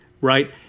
Right